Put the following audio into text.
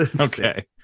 Okay